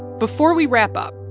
before we wrap up,